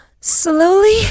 slowly